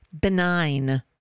benign